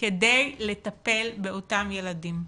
כדי לטפל באותם ילדים.